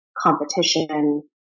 competition